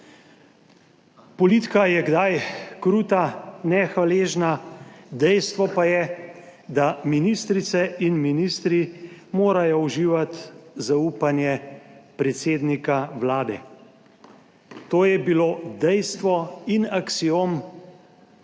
Politika je kdaj kruta, nehvaležna, dejstvo pa je, da ministrice in ministri morajo uživati zaupanje predsednika Vlade. To je bilo dejstvo in aksiom že